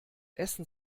essen